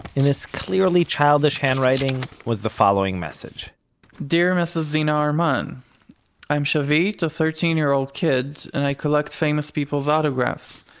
in this clearly childish handwriting, was the following message dear mrs. zena harman i'm shavit, a thirteen year old kid, and i collect famous people's autographs.